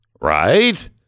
Right